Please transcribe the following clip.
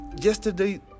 yesterday